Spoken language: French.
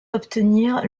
obtenir